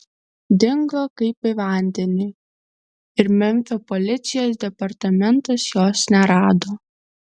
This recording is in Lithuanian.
dingo kaip į vandenį ir memfio policijos departamentas jos nerado